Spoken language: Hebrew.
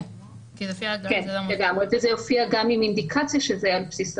כן, לגמרי, זה יופיע גם עם אינדיקציה שזה על בסיס.